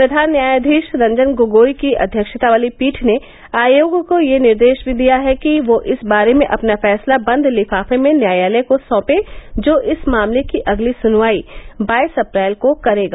प्रवान न्यायाधीश रंजन गोगोई की अध्यक्षता वाली पीठ ने आयेग को यह निर्देश भी दिया कि वह इस बारे में अपना फैसला बंद लिफाफे में न्यायालय को सौंपे जो इस मामले की अगली सुनवाई बाईस अप्रैल को करेगा